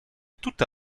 tutta